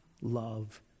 love